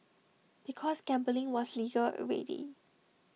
because gambling was legal already